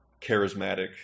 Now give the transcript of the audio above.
charismatic